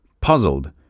Puzzled